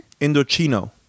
Indochino